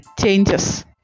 changes